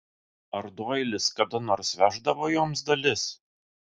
ar doilis kada nors veždavo joms dalis